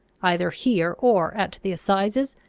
either here or at the assizes,